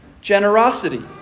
generosity